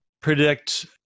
predict